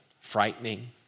frightening